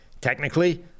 technically